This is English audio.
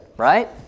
right